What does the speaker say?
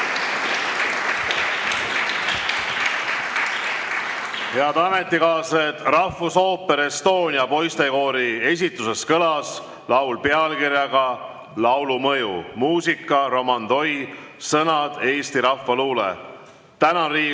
Head ametikaaslased! Rahvusooper Estonia poistekoori esituses kõlas laul pealkirjaga "Laulu mõju", muusika: Roman Toi, sõnad: eesti rahvaluule. Tänan Riigikogu